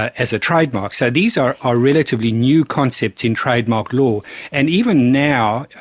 as a trademark, so these are are relatively new concepts in trademark law and even now,